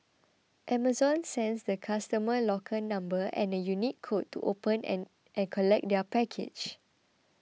Amazon sends the customer the locker number and a unique code to open it and collect their package